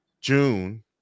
June